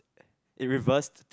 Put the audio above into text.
it reversed to